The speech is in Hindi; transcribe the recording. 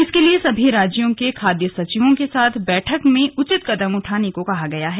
इसके लिए सभी राज्यों के खाद्य सचिवों के साथ बैठक में उचित कदम उठाने को कहा गया है